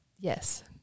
Yes